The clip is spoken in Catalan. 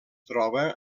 troba